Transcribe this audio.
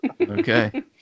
Okay